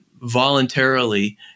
voluntarily